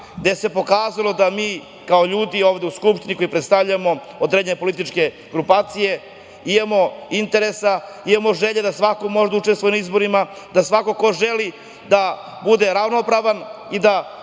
gde se pokazalo da mi kao ljudi ovde u Skupštini koji predstavljamo određene političke grupacije imamo interesa, imamo želje da svako može da učestvuje na izborima, da svako ko želi bude ravnopravan i da